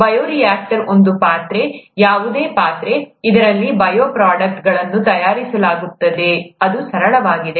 bioreactor ಒಂದು ಪಾತ್ರೆ ಯಾವುದೇ ಪಾತ್ರೆ ಇದರಲ್ಲಿ ಬಯೋಪ್ರೊಡಕ್ಟ್ಗಳನ್ನು ತಯಾರಿಸಲಾಗುತ್ತದೆ ಅದು ಸರಳವಾಗಿದೆ